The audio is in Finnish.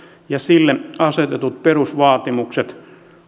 ja sille asetetut perusvaatimukset